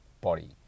body